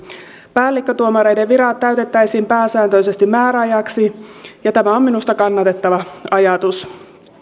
päällikkötuomareiden virat täytettäisiin pääsääntöisesti määräajaksi ja tämä on minusta kannatettava ajatus